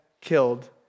killed